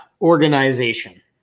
organization